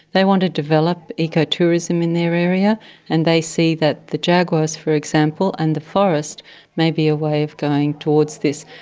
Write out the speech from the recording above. they want to develop ecotourism in their area and they see that the jaguars, for example, and the forest may be a way of going towards this.